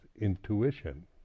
intuition